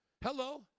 Hello